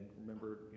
remember